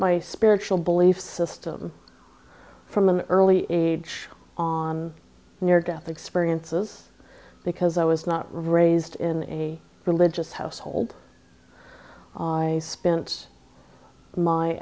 my spiritual belief system from an early age on near death experiences because i was not raised in a religious household i spent my